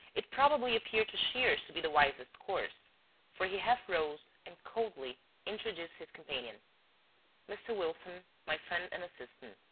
it probably appeared to shears to be the wisest course for he half rose and coldly introduced his companion mr. wilson, my friend and assistant.